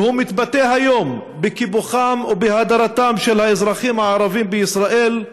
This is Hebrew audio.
והוא מתבטא היום בקיפוחם ובהדרתם של האזרחים הערבים בישראל,